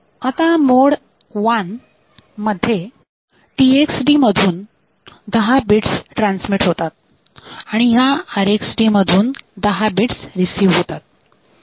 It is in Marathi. आता मोड 1 मध्ये TxD मधून दहा बिट्स ट्रान्समिट होतात आणि ह्या RxD मधून दहा बिट्स रिसीव्ह होतात